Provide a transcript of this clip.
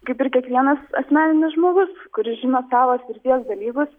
kaip ir kiekvienas asmeninis žmogus kuris žino tavo srities dalykus